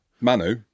Manu